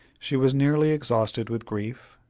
she was nearly exhausted with grief,